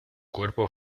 cuerpo